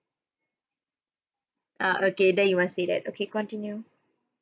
ah okay then you must say that okay continue